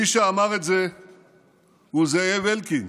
מי שאמר את זה הוא זאב אלקין.